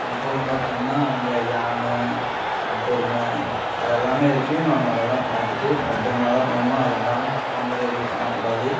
அது போக பார்த்திங்னா அங்கே யானை காட்டு எருமை அதெல்லாமே இருக்கும் நாம் அதெல்லாம் பார்த்துட்டு பத்திரமாதான் போகணும் அதெலாம் தொந்தரவு ஏதும் பண்ண கூடாது